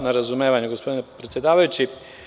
Hvala na razumevanju, gospodine predsedavajući.